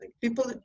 People